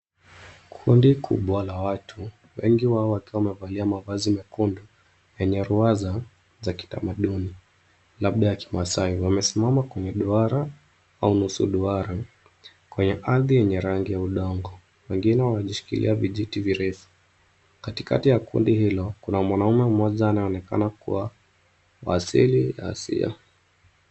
Kundi kubwa la watu, wengi wao wakiwa wamevalia mavazi mekundu yenye ruwaza za kitamaduni, labda ya kimaasai. Wamesimama kwenye duara au nusu duara kwenye ardhi yenye rangi ya udongo. Wengine wanajishikilia vijiti virefu. Katikati ya kundi hilo, kuna mwanaume mmoja anayeonekana kuwa wa asili ya asia.